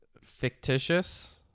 fictitious